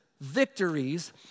victories